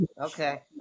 Okay